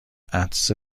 عطسه